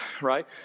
right